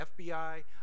FBI